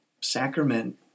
sacrament